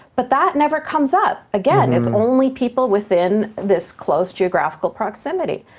but that never comes up again. it's only people within this close geographical proximity.